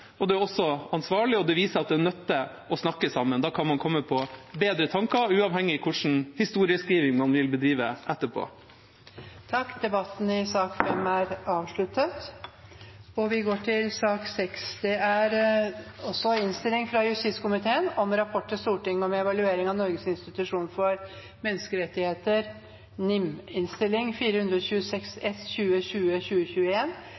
Det er også ansvarlig, og det viser at det nytter å snakke sammen. Da kan man komme på bedre tanker, uavhengig av hvilken historieskriving man vil bedrive etterpå. Flere har ikke bedt om ordet til sak nr. 5. Etter ønske fra justiskomiteen vil presidenten ordne debatten slik: 3 minutter til hver partigruppe og 3 minutter til medlemmer av